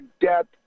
depth